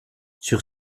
sur